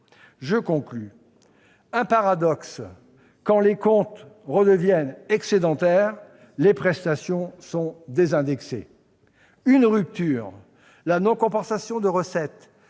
présente un paradoxe : quand les comptes redeviennent excédentaires, les prestations sont désindexées. Il marque une rupture : la non-compensation de recettes